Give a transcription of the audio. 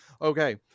Okay